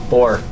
Four